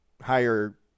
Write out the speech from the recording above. higher